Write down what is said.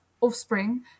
offspring